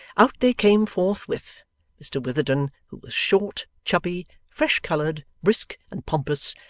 out they came forthwith mr witherden, who was short, chubby, fresh-coloured, brisk, and pompous,